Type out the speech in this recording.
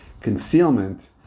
concealment